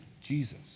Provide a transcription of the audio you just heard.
Jesus